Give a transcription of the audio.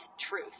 truth